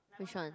which one